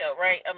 right